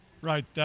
Right